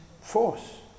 force